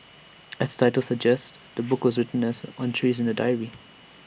as the title suggests the book is written as entries in A diary